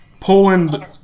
Poland